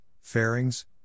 fairings